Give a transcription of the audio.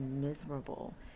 miserable